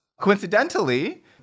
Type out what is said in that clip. Coincidentally